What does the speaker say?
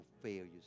failures